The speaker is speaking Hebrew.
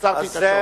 עצרתי את השעון.